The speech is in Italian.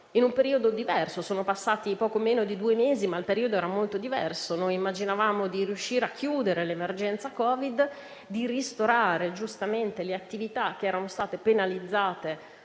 in un periodo diverso; sono passati poco meno di due mesi, ma il periodo era molto diverso. Immaginavamo di riuscire a chiudere l'emergenza Covid, di ristorare giustamente le attività che erano state penalizzate